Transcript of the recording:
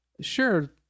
sure